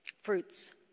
fruits